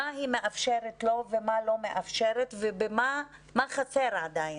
מה היא מאפשרת לו ומה לא מאפשרת ומה חסר עדיין.